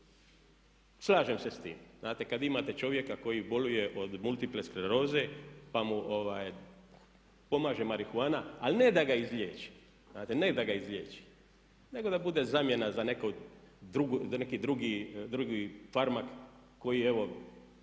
slažem se s tim. Znate kad imate čovjeka koji boluje od multiple skleroze pa mu pomaže marihuana, ali ne da ga izliječi nego da bude zamjena za neki drugi farmak. Vidite